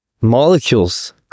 molecules